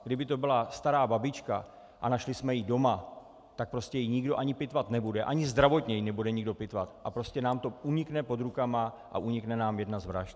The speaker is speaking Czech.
Kdyby to byla stará babička a našli jsme ji doma, tak prostě ji nikdo ani pitvat nebude, ani zdravotně ji nebude nikdo pitvat, a prostě nám to unikne pod rukama a unikne nám jedna z vražd.